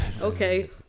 Okay